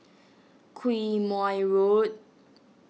Quemoy Road